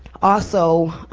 also,